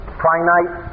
finite